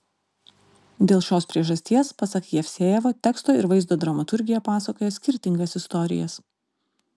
dėl šios priežasties pasak jevsejevo teksto ir vaizdo dramaturgija pasakoja skirtingas istorijas